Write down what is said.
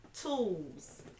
tools